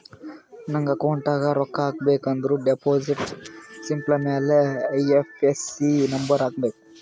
ನಂಗ್ ಅಕೌಂಟ್ಗ್ ರೊಕ್ಕಾ ಹಾಕಬೇಕ ಅಂದುರ್ ಡೆಪೋಸಿಟ್ ಸ್ಲಿಪ್ ಮ್ಯಾಲ ಐ.ಎಫ್.ಎಸ್.ಸಿ ನಂಬರ್ ಹಾಕಬೇಕ